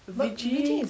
vijay